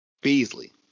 Beasley